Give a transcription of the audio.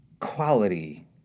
quality